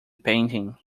painting